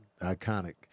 iconic